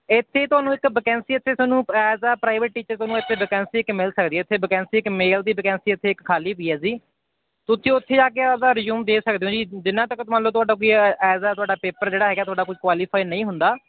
ਇੱਥੇ ਤੁਹਾਨੂੰ ਇੱਕ ਵੈਕੈਂਸੀ ਇੱਥੇ ਤੁਹਾਨੂੰ ਐਜ਼ ਆ ਪ੍ਰਾਈਵੇਟ ਟੀਚਰ ਤੁਹਾਨੂੰ ਇੱਥੇ ਵੈਕੈਂਸੀ ਇੱਕ ਮਿਲ ਸਕਦੀ ਇੱਥੇ ਵੈਕੈਂਸੀ ਇੱਕ ਮੇਲ ਦੀ ਵੈਕੈਂਸੀ ਇੱਥੇ ਇੱਕ ਖਾਲੀ ਪਈ ਹੈ ਜੀ ਤੁਸੀਂ ਉੱਥੇ ਜਾ ਕੇ ਆਪਦਾ ਰਜ਼ਿਊਮ ਦੇ ਸਕਦੇ ਹੋ ਜੀ ਜਿੰਨਾ ਅੱ ਤੱਕ ਮੰਨ ਲਓ ਤੁਹਾਡਾ ਕੋਈ ਐਜ਼ ਆ ਤੁਹਾਡਾ ਪੇਪਰ ਜਿਹੜਾ ਹੈਗਾ ਤੁਹਾਡਾ ਕੋਈ ਕੁਆਲੀਫਾਈ ਨਹੀਂ ਹੁੰਦਾ